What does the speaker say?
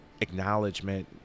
acknowledgement